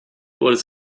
was